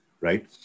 right